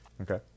Okay